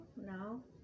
no